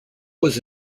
was